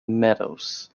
meadows